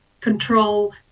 control